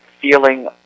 feeling